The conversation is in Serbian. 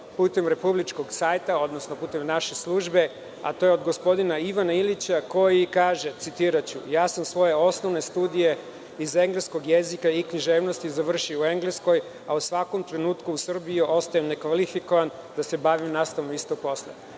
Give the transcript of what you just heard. putem republičkog sajta, odnosno putem naše službe, a to je od gospodina Ivana Ilića koji kaže, citiraću, „ja sam svoje osnovne studije iz engleskog jezika i književnosti završio u Engleskoj, a u svakom trenutku u Srbiji ostajem nekvalifikovan da se bavi nastavom“. To je